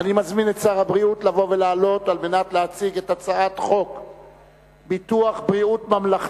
אני קובע שהצעת חוק השקעות משותפות בנאמנות (תיקון מס' 15),